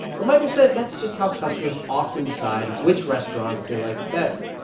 but michael says that's just how customers often decide which restaurants they like better.